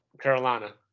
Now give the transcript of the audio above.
Carolina